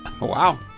Wow